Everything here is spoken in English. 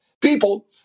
people